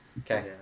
Okay